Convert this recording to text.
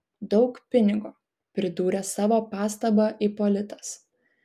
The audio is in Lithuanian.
daug pinigo pridūrė savo pastabą ipolitas